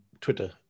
Twitter